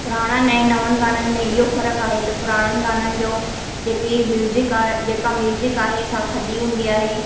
पुराणनि ऐं नवंनि गाननि में इहो फ़र्क़ु आहे त पुराणनि गाननि जो जेकी म्यूज़िक आहे जेका म्यूज़िक आहे सा थधी हूंदी आहे